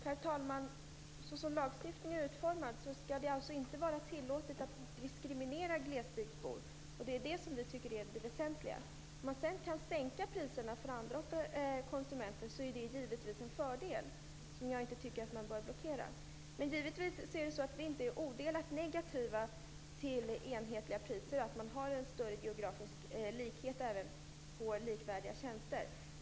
Herr talman! Såsom lagstiftningen är utformad skall det alltså inte vara tillåtet att diskriminera glesbygdsbor, och det är det som vi tycker är det väsentliga. Om man sedan kan sänka priserna för andra konsumenter är det givetvis en fördel som jag tycker att man inte bör blockera. Givetvis är vi inte odelat negativa till enhetliga priser och till en större geografisk likhet även när det gäller likvärdiga tjänster.